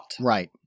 Right